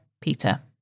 Peter